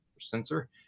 sensor